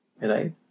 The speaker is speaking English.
right